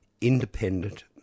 independent